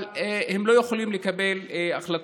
אבל הם לא יכולים לקבל החלטות.